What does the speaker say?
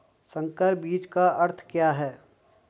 संकर बीज का अर्थ क्या है?